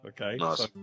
Okay